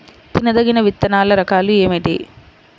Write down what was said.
తినదగిన విత్తనాల రకాలు ఏమిటి?